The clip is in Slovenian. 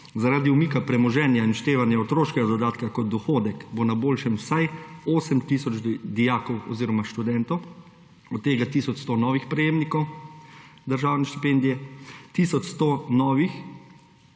Zaradi umika premoženja in vštevanja otroškega dodatka kot dohodek bo na boljšem vsaj 8 tisoč dijakov oziroma študentov, od tega tisoč 100 novih prejemnikov državne štipendije, tisoč 100 novih,